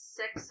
six